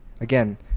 again